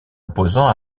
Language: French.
opposant